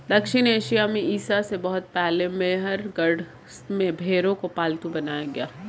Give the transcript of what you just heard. दक्षिण एशिया में ईसा से बहुत पहले मेहरगढ़ में भेंड़ों को पालतू बनाया गया